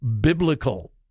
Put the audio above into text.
biblical